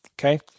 okay